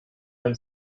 ajn